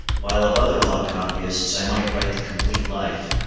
while of other law-copyists i might write the complete life,